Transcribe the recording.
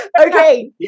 Okay